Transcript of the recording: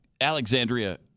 Alexandria